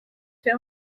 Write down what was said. fer